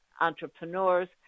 entrepreneurs